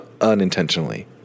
unintentionally